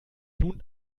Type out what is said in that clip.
nun